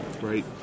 right